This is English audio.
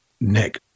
Nick